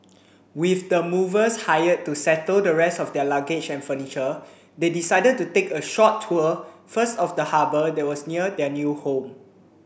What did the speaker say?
with the movers hired to settle the rest of their luggage and furniture they decided to take a short tour first of the harbour that was near their new home